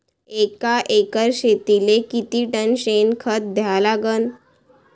एका एकर शेतीले किती टन शेन खत द्या लागन?